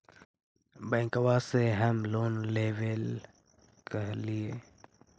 बैंकवा से हम लोन लेवेल कहलिऐ?